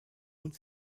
und